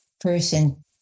person